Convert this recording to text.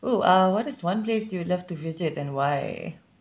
oo uh what is one place you would love to visit and why